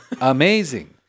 amazing